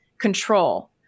control